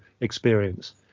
experience